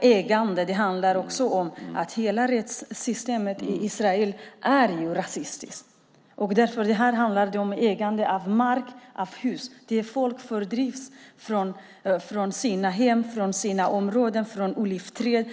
ägande. Hela rättssystemet i Israel är ju rasistiskt, och här handlar det om ägande av mark och av hus. Folk fördrivs från sina hem, sina områden och sina olivträd.